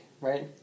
right